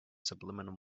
subliminal